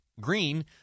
green